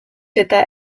eta